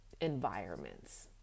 environments